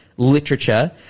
literature